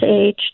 age